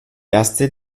erste